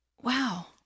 Wow